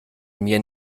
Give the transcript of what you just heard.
mir